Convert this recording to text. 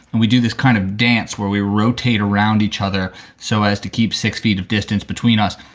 and we do this kind of dance where we rotate around each other so as to keep six feet of distance between us.